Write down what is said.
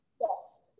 Yes